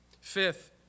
Fifth